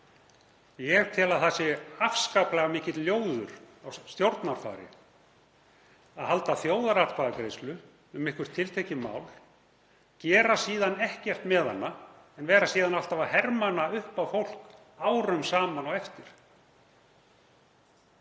Ég tel að það sé afskaplega mikill ljóður á stjórnarfari að halda þjóðaratkvæðagreiðslu um eitthvert tiltekið mál, gera síðan ekkert með hana en vera síðan alltaf að herma hana upp á fólk árum saman á eftir.